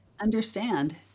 understand